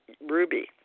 ruby